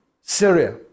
Syria